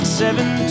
seven